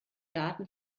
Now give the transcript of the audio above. daten